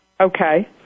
Okay